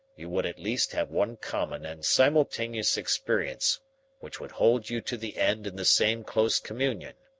you would at least have one common and simultaneous experience which would hold you to the end in the same close communion.